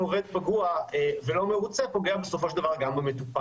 עובד פגוע ולא מרוצה פוגע גם במטופל.